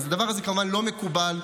הדבר הזה כמובן לא מקובל.